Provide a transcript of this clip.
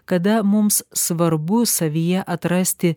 kada mums svarbu savyje atrasti